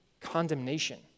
condemnation